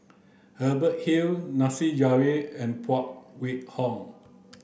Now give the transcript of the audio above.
Hubert Hill Nasir Jalil and Phan Wait Hong